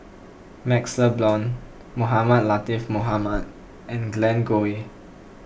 MaxLe Blond Mohamed Latiff Mohamed and Glen Goei